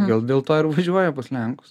gal dėl to ir važiuoja pas lenkus